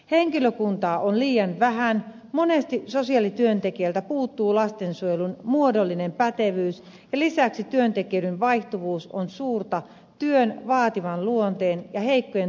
henkilökuntaa on liian vähän monesti sosiaalityöntekijältä puuttuu lastensuojelun muodollinen pätevyys ja lisäksi työntekijöiden vaihtuvuus on suurta työn vaativan luonteen ja heikkojen työolosuhteiden vuoksi